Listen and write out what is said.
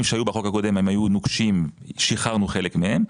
שהיו בחוק הקודם היו נוקשים ושחררנו חלק מהם,